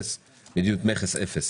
מדיניות מכס אפס